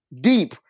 deep